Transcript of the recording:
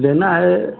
लेना है